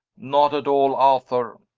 not at all, arthur.